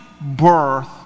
birth